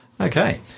Okay